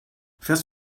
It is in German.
fährst